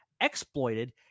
exploited